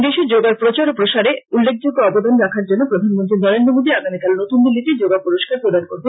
দেশে যোগার প্রচার ও প্রসারে উল্লেখ্যযোগ্য অবদান রাখার জন্য প্রধানমন্ত্রী নরেন্দ্র মোদী আগামীকাল নতুন দিল্লীতে যোগা পুরক্ষার প্রদান করবেন